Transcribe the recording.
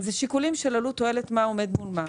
זה שיקולים של עלות תועלת, מה עומד מול מה.